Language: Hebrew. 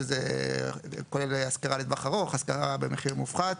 שזה כולל השכרה לטווח ארוך, השכרה במחיר מופחת.